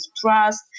trust